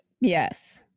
Yes